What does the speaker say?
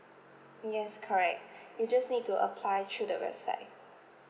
yes correct you just need to apply through the website